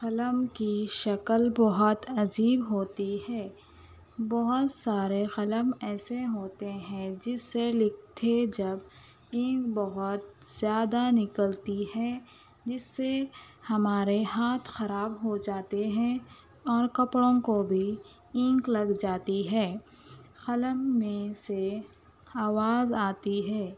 قلم کی شکل بہت عجیب ہوتی ہے بہت سارے قلم ایسے ہوتے ہیں جس سے لکھتے جب اِنک بہت زیادہ نکلتی ہے جس سے ہمارے ہاتھ خراب ہوجاتے ہیں اور کپڑوں کو بھی اِنک لگ جاتی ہے قلم میں سے آواز آتی ہے